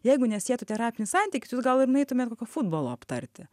jeigu nesietų terapinis santykis jūs gal ir nueitumėt kokio futbolo aptarti